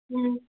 ꯎꯝ